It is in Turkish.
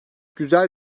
güzel